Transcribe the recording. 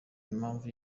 impamvu